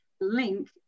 link